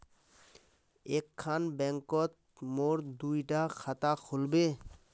एक खान बैंकोत मोर दुई डा खाता खुल बे?